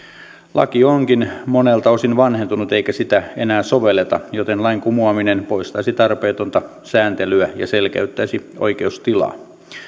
laki onkin monelta osin vanhentunut eikä sitä enää sovelleta joten lain kumoaminen poistaisi tarpeetonta sääntelyä ja selkeyttäisi oikeustilaa